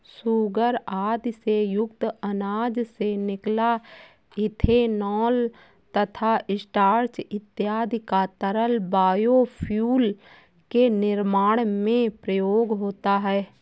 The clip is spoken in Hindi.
सूगर आदि से युक्त अनाज से निकला इथेनॉल तथा स्टार्च इत्यादि का तरल बायोफ्यूल के निर्माण में प्रयोग होता है